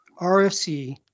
RFC